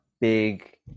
big